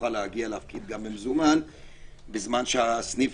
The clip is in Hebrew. שתוכל להגיע ולהפקיד גם במזומן בזמן שהסניף